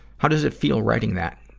how does it feel writing that?